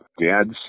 Dad's